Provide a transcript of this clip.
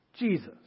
Jesus